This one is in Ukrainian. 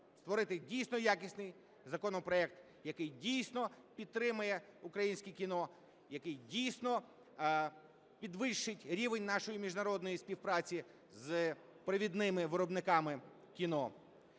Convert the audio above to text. створити, дійсно, якісний законопроект, який, дійсно, підтримає українське кіно, який, дійсно, підвищить рівень нашої міжнародної співпраці з провідними виробниками кіно.